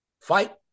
fight